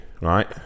right